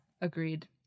Agreed